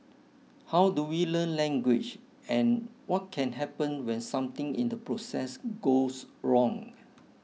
how do we learn language and what can happen when something in the process goes wrong